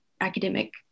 academic